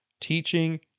teaching